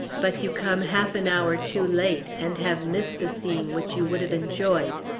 but you come half an hour too late, and have missed a scene which you would have enjoyed!